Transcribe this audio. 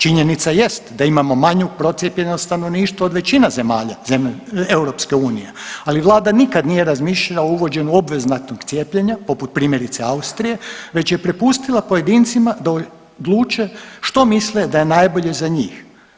Činjenica jest da imamo manju procijepljenost stanovništva od većine zemalja EU, ali vlada nikad nije razmišljala o uvođenju obvezatnog cijepljenja poput primjerice Austrije već je prepustila pojedincima da odluče što misle da je najbolje za njih.